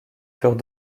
furent